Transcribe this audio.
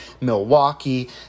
Milwaukee